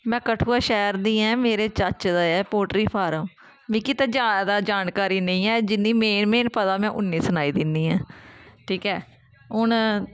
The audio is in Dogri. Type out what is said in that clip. में कठुआ शैह्र दी ऐं मेरे चाचे दा ऐ पोल्ट्री फार्म मिगी ते जादा जानकारी निं ऐ जिन्नी मेन मेन पता ऐ में उन्नी सनाई दिन्नी आं ठीक ऐ हून